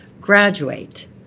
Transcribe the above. graduate